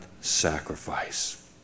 sacrifice